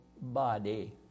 body